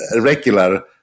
regular